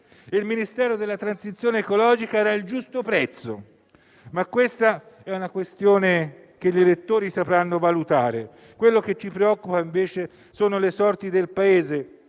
Il Ministero della transizione ecologica era il giusto prezzo, ma questo è un aspetto che gli elettori sapranno valutare. Quello che ci preoccupa, invece, sono le sorti del Paese,